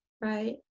right